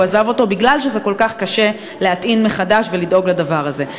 הוא עזב אותו בגלל שזה כל כך קשה להטעין מחדש ולדאוג לדבר הזה.